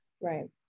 Right